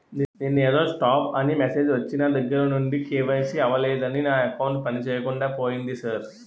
నిన్నేదో స్టాప్ అని మెసేజ్ ఒచ్చిన దగ్గరనుండి కే.వై.సి అవలేదని నా అకౌంట్ పనిచేయకుండా పోయింది సార్